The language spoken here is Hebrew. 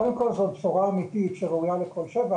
קודם כל, זאת בשורה אמיתית שראויה לכל שבח.